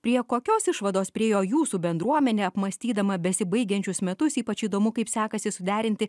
prie kokios išvados priėjo jūsų bendruomenė apmąstydama besibaigiančius metus ypač įdomu kaip sekasi suderinti